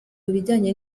bijyanye